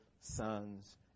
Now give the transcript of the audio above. sons